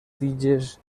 tiges